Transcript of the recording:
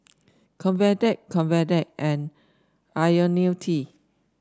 Convatec Convatec and IoniL T